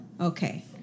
Okay